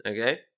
okay